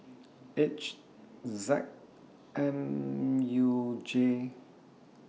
H Z M U J six